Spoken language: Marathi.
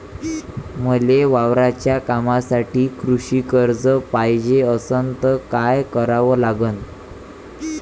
मले वावराच्या कामासाठी कृषी कर्ज पायजे असनं त काय कराव लागन?